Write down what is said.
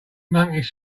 monkeys